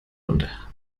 und